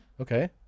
Okay